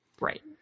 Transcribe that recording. Right